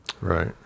right